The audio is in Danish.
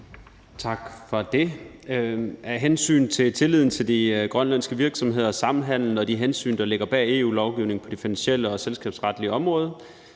Tak for det. Af hensyn til tilliden til de grønlandske virksomheders samhandel og de hensyn, der ligger bag EU-lovgivningen på det finansielle og selskabsretlige område,